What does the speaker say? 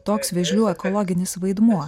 toks vėžlių ekologinis vaidmuo